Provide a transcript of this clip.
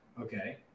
Okay